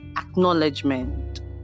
acknowledgement